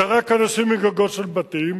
זרק אנשים מגגות של בתים,